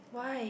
why